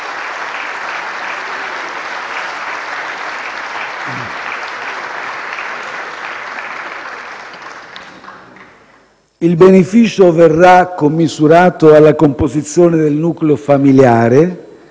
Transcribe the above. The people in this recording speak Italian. Il beneficio verrà commisurato alla composizione del nucleo familiare